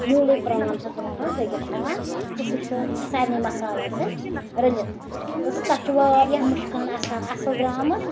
نیوٗلٕے پرٛان چھَس بہٕ تَتھ منٛز دٔگِتھ تھاوان تہٕ سُہ چھُ سارنٕے مسالَن سۭتۍ رٔلِتھ تہٕ تَتھ چھُ واریاہ مُشکہٕ ہٕن آسان اَصٕل درٛامٕژ